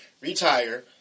retire